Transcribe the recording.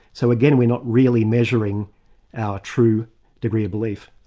so again, we're not really measuring our true degree of belief.